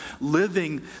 living